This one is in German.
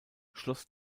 schloss